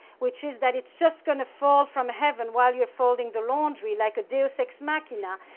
which is that it's just going to fall from heaven while you're folding the laundry like a deus ex machina,